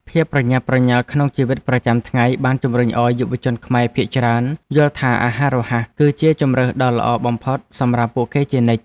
ភាពប្រញាប់ប្រញាល់ក្នុងជីវិតប្រចាំថ្ងៃបានជម្រុញឲ្យយុវជនខ្មែរភាគច្រើនយល់ថាអាហាររហ័សគឺជាជម្រើសដ៏ល្អបំផុតសម្រាប់ពួកគេជានិច្ច។